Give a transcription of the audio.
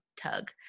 tug